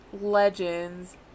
legends